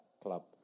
club